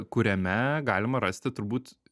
kuriame galima rasti turbūt